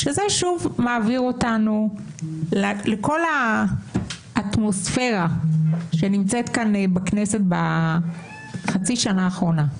וזה שוב מעביר אותנו לכל האטמוספירה שקיימת בכנסת בחצי השנה האחרונה,